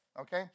Okay